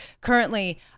currently